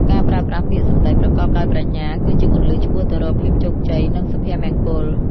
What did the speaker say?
ការប្រើប្រាស់ពាក្យសម្ដីប្រកបដោយប្រាជ្ញា គឺជាគន្លឹះឆ្ពោះទៅរកភាពជោគជ័យ និងសុភមង្គល។